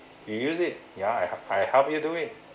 you use it yeah I I help you do it